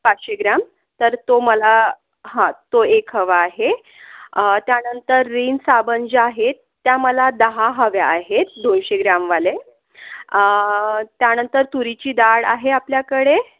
पाचशे ग्राम तर तो मला हा तो एक हवा आहे त्यानंतर रीन साबण जे आहेत त्या मला दहा हव्या आहेत दोनशे ग्रामवाले त्यानंतर तुरीची डाळ आहे आपल्याकडे